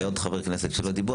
ועוד חברי כנסת שלא דיברו,